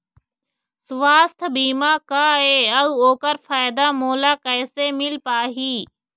सुवास्थ बीमा का ए अउ ओकर फायदा मोला कैसे मिल पाही?